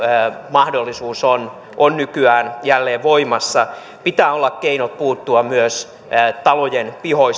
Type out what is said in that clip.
mahdollisuus on on nykyään jälleen voimassa pitää olla keinot puuttua myös talojen pihoissa